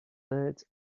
birds